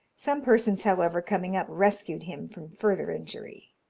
some persons, however, coming up, rescued him from further injury.